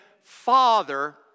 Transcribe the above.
Father